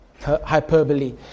hyperbole